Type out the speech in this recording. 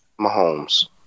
Mahomes